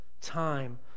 time